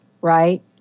right